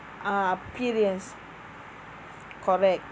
uh appearance correct